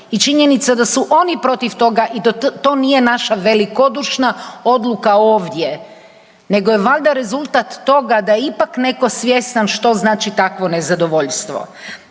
i činjenica da su oni protiv toga i to nije naša velikodušna odluka ovdje, nego je valjda rezultat toga da je ipak netko svjestan što znači takvo nezadovoljstvo.